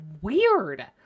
weird